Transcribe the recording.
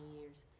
years